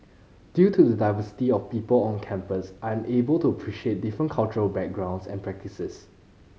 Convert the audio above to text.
due to the diversity of people on campus I'm able to appreciate different cultural backgrounds and practices